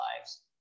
lives